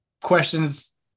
questions